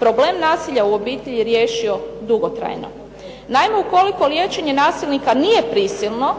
problem nasilja u obitelji riješio dugotrajno. Naime, ukoliko liječenje nasilnika nije prisilno